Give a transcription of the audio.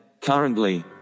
currently